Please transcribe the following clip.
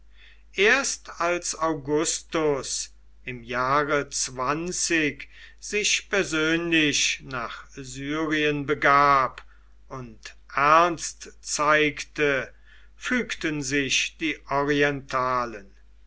erst als augustus im jahre sich persönlich nach syrien begab und ernst zeigte fügten sich die orientalen